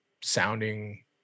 sounding